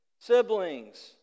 siblings